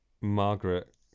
Margaret